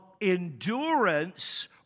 endurance